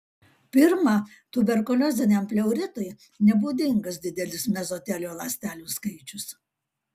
pirma tuberkulioziniam pleuritui nebūdingas didelis mezotelio ląstelių skaičius